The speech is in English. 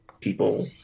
people